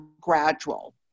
gradual